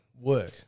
work